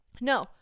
no